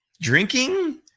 drinking